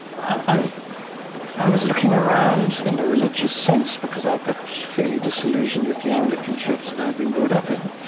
i i was looking around in a religious sense because i got fairly disillusioned with the anglican church that i'd been brought up in.